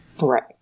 right